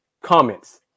comments